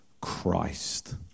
Christ